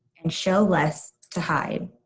and show less to hide.